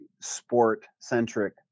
sport-centric